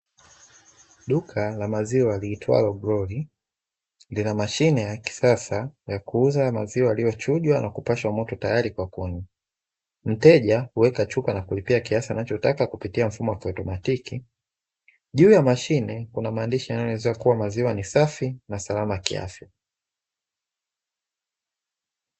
Duka la maziwa liitwalo "Glory" lina mashine ya kisasa ya kuuza maziwa yaliyochujwa na kupashwa moto tayari kwa kunywa. Mteja hueka chupa na kulipia kiasi anachotaka kupitia mfumo wa kiautomatiki. Juu ya mashine kuna maandishi yanayoelezea kuwa maziwa ni safi na salama kiafya.